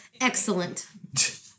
Excellent